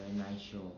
very nice show